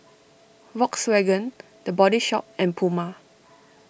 Volkswagen the Body Shop and Puma